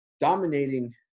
dominating